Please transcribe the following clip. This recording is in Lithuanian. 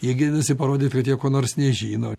jie gėdinasi parodyt kad jie ko nors nežino